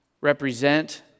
represent